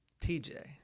TJ